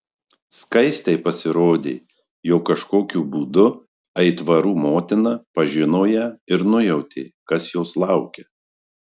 skaistei pasirodė jog kažkokiu būdu aitvarų motina pažino ją ir nujautė kas jos laukia